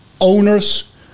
owners